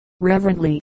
reverently